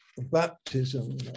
baptism